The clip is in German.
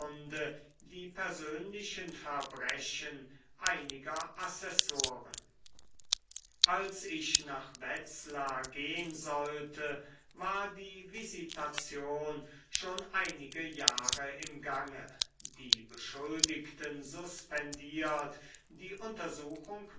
die persönlichen verbrechen einiger assessoren als ich nach wetzlar gehn sollte war die visitation schon einige jahre im gange die beschuldigten suspendiert die untersuchung